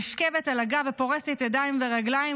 נשכבת על הגב ופורשת ידיים ורגליים,